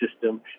system